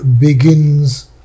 begins